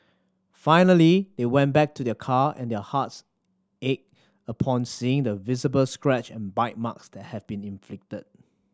finally they went back to their car and their hearts ached upon seeing the visible scratch and bite marks that had been inflicted